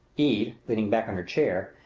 eve, leaning back in her chair,